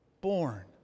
born